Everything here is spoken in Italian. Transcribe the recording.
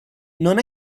non